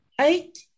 Eight